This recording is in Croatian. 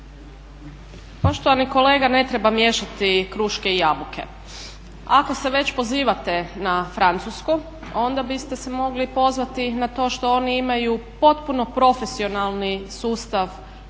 Poštovani kolega, ne treba miješati kruške i jabuke. ako se već pozivate na Francusku, onda biste se mogli pozvati i na to što oni imaju potpuno profesionalni sustav javne